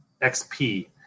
XP